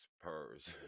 spurs